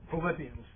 Philippians